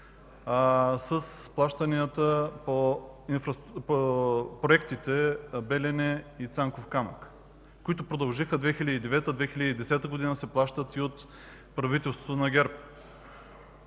с плащанията по проектите „Белене” и „Цанков камък”, които продължиха в 2009 – 2010 г. и се плащат и от правителството на ГЕРБ.